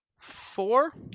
four